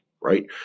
right